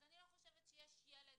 אז אני לא חושבת שיש ילד